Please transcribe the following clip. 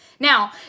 Now